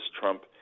Trump